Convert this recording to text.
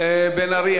חבר הכנסת בן-ארי,